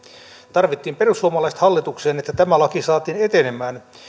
tarvittiin perussuomalaiset hallitukseen että tämä laki saatiin etenemään